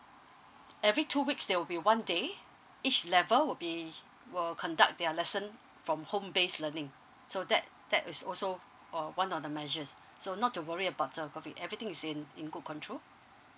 every two weeks there will be one day each level will be will conduct their lesson from home base learning so that that is also uh one of the measures so not to worry about the everything is in in good control